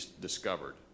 discovered